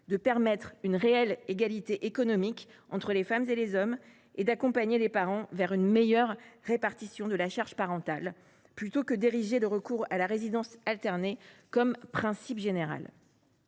de permettre une réelle égalité économique entre les femmes et les hommes et d’accompagner les parents vers une meilleure répartition de la charge parentale. Je le rappelle, quand la résidence alternée est demandée,